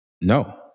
no